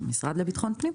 עם המשרד לביטחון פנים.